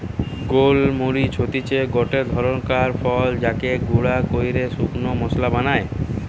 গোল মরিচ হতিছে গটে ধরণকার ফল যাকে গুঁড়া কইরে শুকনা মশলা বানায়